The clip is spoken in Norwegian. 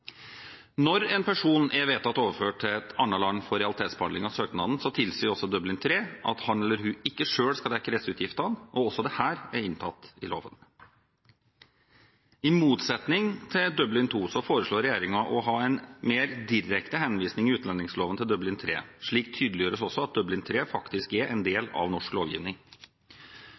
Når en person er vedtatt overført til et annet land for realitetsbehandling av søknaden, tilsier Dublin III at han eller hun ikke selv skal dekke reiseutgiftene. Også dette er inntatt i loven. I motsetning til Dublin II foreslår regjeringen å ha en mer direkte henvisning i utlendingsloven til Dublin III. Slik tydeliggjøres det også at Dublin III faktisk er en del av norsk lovgivning.